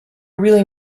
really